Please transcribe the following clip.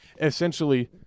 essentially